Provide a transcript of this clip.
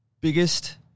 biggest